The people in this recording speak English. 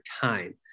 time